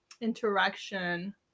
interaction